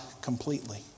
completely